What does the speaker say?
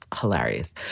Hilarious